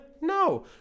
No